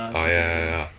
oh ya ya ya ya